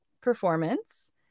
performance